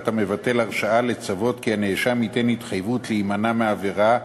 המבטל הרשעה לצוות כי הנאשם ייתן התחייבות להימנע מעבירה.